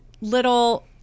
little